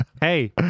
hey